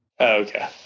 Okay